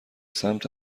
سمت